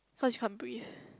cause you can't breath